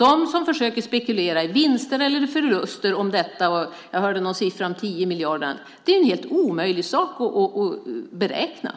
Det finns de som försöker spekulera i vinster eller förluster - jag hörde siffran 10 miljarder - men det är en helt omöjlig sak att beräkna.